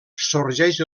sorgeix